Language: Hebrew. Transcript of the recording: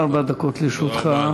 ארבע דקות לרשותך.